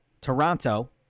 Toronto